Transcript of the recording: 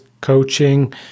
coaching